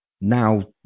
now